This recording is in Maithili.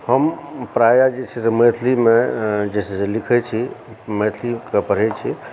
हम प्रायः जे छै से मैथिली मे जे छै से लिखै छी मैथिलीके पढै छी